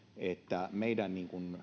että meidän